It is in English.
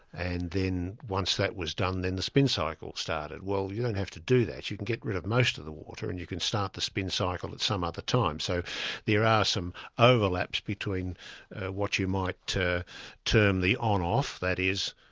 and then once that was done, then the spin cycle started. well, you don't have to do that you can get rid of most of the water, and you can start the spin cycle at some other time. so there are ah some ah overlaps between what you might term the on off, that is,